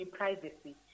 privacy